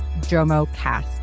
JOMOcast